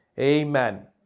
Amen